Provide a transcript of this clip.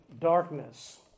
darkness